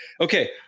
Okay